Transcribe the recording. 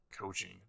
coaching